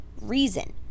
reason